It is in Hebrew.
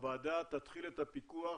הוועדה תתחיל את הפיקוח